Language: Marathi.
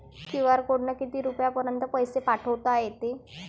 क्यू.आर कोडनं किती रुपयापर्यंत पैसे पाठोता येते?